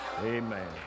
Amen